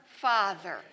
Father